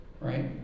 Right